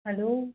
hello